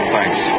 Thanks